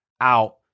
out